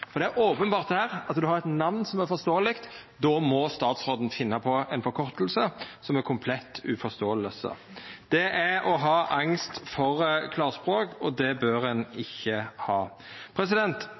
Eksfin. Det er openbert her at når ein har eit namn som er forståeleg, må statsråden finna på ei forkorting som er komplett uforståeleg. Det er å ha angst for klarspråk, og det bør ein